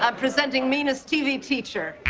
ah presenting meanest tv teacher